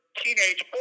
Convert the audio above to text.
teenage